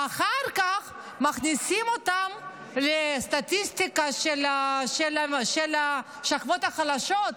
ואחר כך מכניסים אותם לסטטיסטיקה של השכבות החלשות,